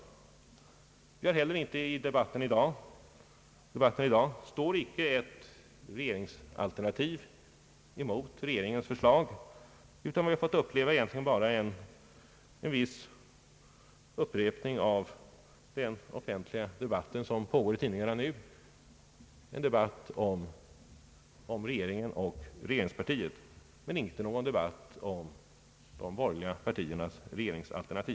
Inte heller i debatten i dag står ett borgerligt regeringsalternativ mot regeringens förslag. Det har egentligen bara varit en upprepning av den offentliga debatt som nu pågår i tidningarna om regeringen och regeringspartiet.